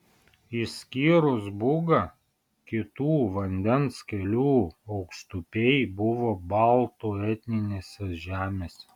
išskyrus bugą kitų vandens kelių aukštupiai buvo baltų etninėse žemėse